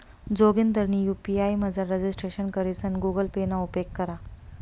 जोगिंदरनी यु.पी.आय मझार रजिस्ट्रेशन करीसन गुगल पे ना उपेग करा